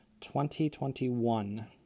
2021